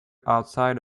outside